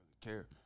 care